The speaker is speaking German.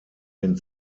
den